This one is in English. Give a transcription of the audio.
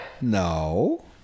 No